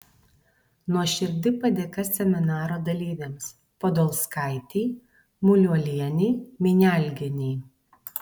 nuoširdi padėka seminaro dalyvėms podolskaitei muliuolienei minialgienei